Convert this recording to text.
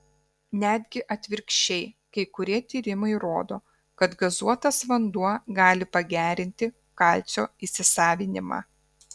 netgi atvirkščiai kai kurie tyrimai rodo kad gazuotas vanduo gali pagerinti kalcio įsisavinimą